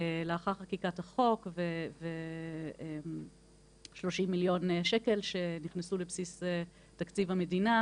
לאחר חקיקת החוק ו-30 מיליון שקלים שנכנסו על בסיס זה לתקציב המדינה,